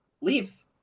leaves